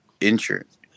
insurance